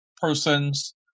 persons